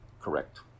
Correct